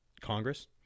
Congress